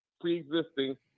pre-existing